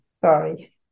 Sorry